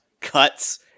cuts